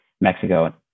Mexico